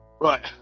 Right